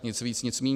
Nic víc, nic míň.